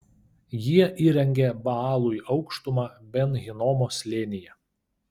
jie įrengė baalui aukštumą ben hinomo slėnyje